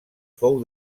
fou